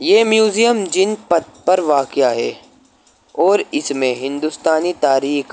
یہ museum Janpath پر واقعہ ہے اور اس میں ہندوستانی تاریخ